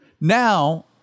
Now